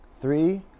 Three